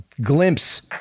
glimpse